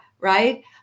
right